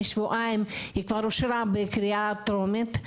שבועיים היא כבר אושרה בקריאה טרומית.